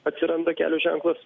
atsiranda kelio ženklas